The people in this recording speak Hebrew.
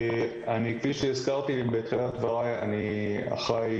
כפי שהזכרתי בתחילת דבריי אני אחראי